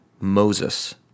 Moses